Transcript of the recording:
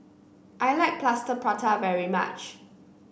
I like Plaster Prata very much